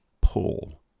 pull